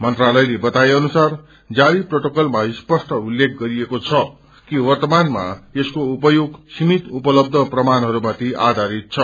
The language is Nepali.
मंत्रालयले बताए अनुसार जारी प्रोटोकलमा स्पष्अ उल्लेख गरिएको छ कि वव्रमानमा यसको उपयोग सीमित उपलबच प्रमाणहरूमाथि आधारित छ